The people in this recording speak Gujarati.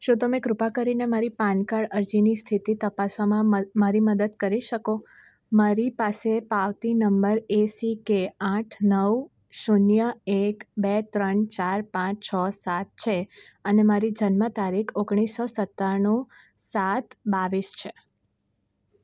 શું તમે કૃપા કરીને મારી પાન કાર્ડ અરજીની સ્થિતિ તપાસવામાં મારી મદદ કરી શકો મારી પાસે પાવતી નંબર એસીકે છે આઠ નવ શૂન્ય એક બે ત્રણ ચાર પાંચ છ સાત છે અને મારી જન્મ તારીખ ઓગણીસો સત્તાણું સાત બાવીસ છે